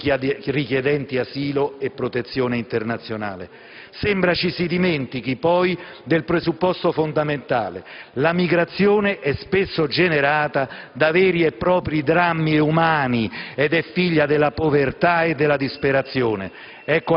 per i richiedenti asilo e protezione internazionale. Sembra ci si dimentichi poi del presupposto fondamentale: la migrazione è spesso generata da veri e propri drammi umani ed è figlia della povertà e della disperazione.